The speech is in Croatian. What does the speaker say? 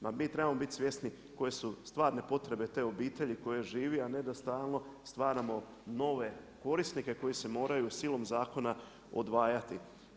Ma mi trebamo biti svjesni koje su stvarne potrebe te obitelji koja živi a ne da stalno stvaramo nove korisnike koji se moraju silom zakona odvajati.